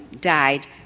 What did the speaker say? died